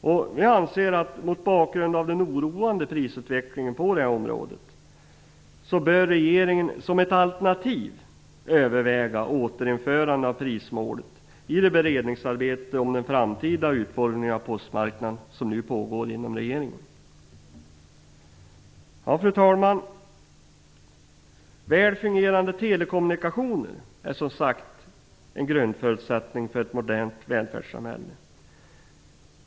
Jag anser att regeringen, i det beredningsarbete om den framtida utformningen av postmarknaden som nu pågår, mot bakgrund av den oroande prisutvecklingen på det här området som ett alternativ bör överväga återinförande av prismålet. Fru talman! Väl fungerande telekommunikationer är som sagt en grundförutsättning för ett modernt välfärdssamhälle.